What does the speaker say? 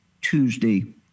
Tuesday